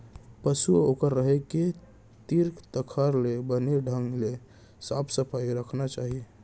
पसु अउ ओकर रहें के तीर तखार ल बने ढंग ले साफ सफई रखना चाही